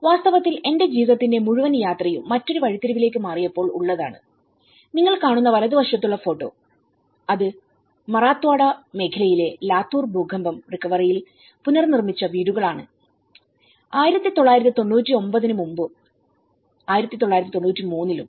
വാസ്തവത്തിൽ എന്റെ ജീവിതത്തിന്റെ മുഴുവൻ യാത്രയും മറ്റൊരു വഴിത്തിരിവിലേക്ക് മാറിയപ്പോൾ ഉള്ളതാണ് നിങ്ങൾ കാണുന്ന വലതുവശത്തുള്ള ഫോട്ടോ അത് മറാത്ത്വാഡ മേഖലയിലെ ലാത്തൂർ ഭൂകമ്പം റിക്കവറി യിൽപുനർനിർമ്മിച്ച വീടുകൾ ആണ്1993 ക്ക് മുമ്പും 1993 ലും